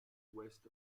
west